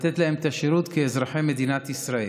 לתת להם את השירות כאזרחי מדינת ישראל.